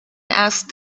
asked